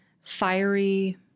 fiery